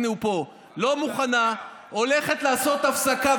הינה, הוא פה, לא מוכנה, הולכת לעשות הפסקה.